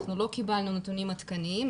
אנחנו לא קיבלנו נתונים עדכניים.